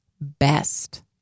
best